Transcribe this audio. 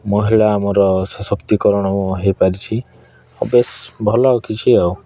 ମହିଳା ଆମର ସଶକ୍ତିକରଣ ହୋଇପାରିଛି ଆଉ ବେଶ୍ ଭଲ କିଛି ଆଉ